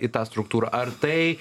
į tą struktūrą ar tai